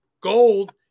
Gold